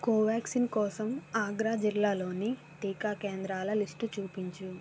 కోవాక్సిన్ కోసం అగ్రా జిల్లాలోని టీకా కేంద్రాల లిస్టు చూపించు